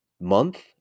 month